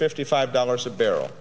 fifty five dollars a barrel